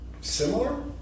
similar